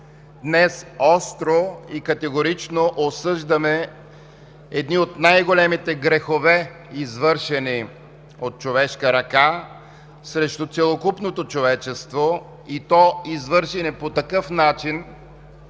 Днес остро и категорично осъждаме едни от най-големите грехове, извършени от човешка ръка срещу целокупното човечество и то, извършени по такъв начин,